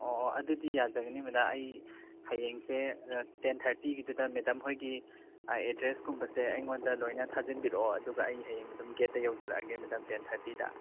ꯑꯣ ꯑꯣ ꯑꯗꯨꯗꯤ ꯌꯥꯖꯒꯅꯤ ꯃꯦꯗꯥꯝ ꯑꯩ ꯍꯌꯦꯡꯁꯦ ꯇꯦꯟ ꯊꯥꯔꯇꯤꯒꯤꯗꯨꯗ ꯃꯦꯗꯥꯝ ꯍꯣꯏꯒꯤ ꯑꯦꯗ꯭ꯔꯦꯁꯀꯨꯝꯕꯁꯦ ꯑꯩꯉꯣꯟꯗ ꯂꯣꯏꯅ ꯊꯥꯖꯤꯟꯕꯤꯔꯛꯑꯣ ꯑꯗꯨꯒ ꯑꯩ ꯍꯌꯦꯡ ꯑꯗꯨꯝ ꯒꯦꯠꯇ ꯌꯧꯖꯔꯛꯂꯒꯦ ꯃꯦꯗꯥꯝ ꯇꯦꯟ ꯊꯥꯔꯇꯤꯗ